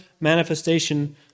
manifestation